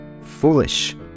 foolish